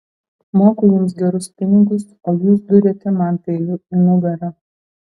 moku jums gerus pinigus o jūs duriate man peiliu į nugarą